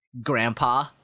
Grandpa